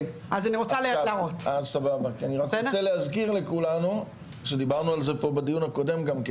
אני רק רוצה להזכיר לכולנו שדיברנו על זה בדיון הקודם גם כן,